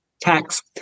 tax